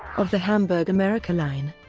of the hamburg america line.